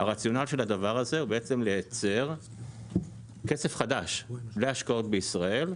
הרציונל של הדבר הזה הוא לייצר כסף חדש להשקעות בישראל,